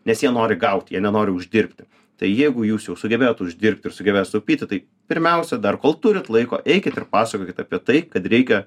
nes jie nori gaut jei nenori uždirbti tai jeigu jūs jau sugebėjot uždirbti ir sugebėjot sutaupyti tai pirmiausia dar kol turit laiko eikit ir pasakokit apie tai kad reikia